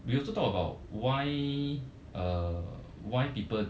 we also talk about why uh why people